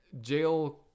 Jail